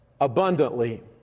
abundantly